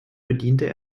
bediente